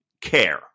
care